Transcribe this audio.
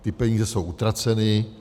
Ty peníze jsou utraceny.